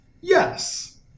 Yes